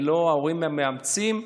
ללא הורים מאמצים,